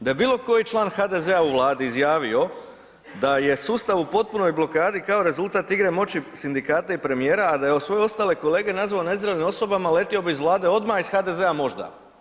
Da je bilo koji član HDZ-a u Vladi izjavio da je sustav u potpunoj blokadi kao rezultat igre moći sindikata i premijera, a da je svoje ostale kolege nazvao nezrelim osobama letio bi iz Vlade odmah, a iz HDZ-a možda.